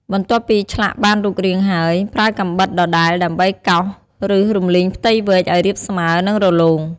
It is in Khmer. បន្ទាប់ពីឆ្លាក់បានរូបរាងហើយ ប្រើកាំបិតដដែលដើម្បីកោស ឬរំលីងផ្ទៃវែកឱ្យរាបស្មើ និងរលោង។